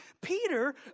Peter